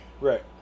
Right